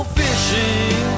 fishing